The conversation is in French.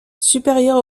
supérieur